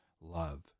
Love